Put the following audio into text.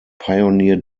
pioneer